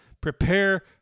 Prepare